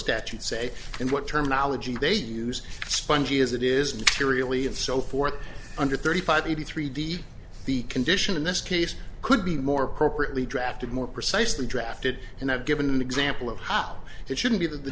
statutes say and what terminology they use spongy as it is to really and so forth under thirty five eighty three d the condition in this case could be more appropriately drafted more precisely drafted and i've given an example of how it shouldn't be that the